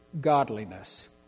godliness